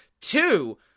Two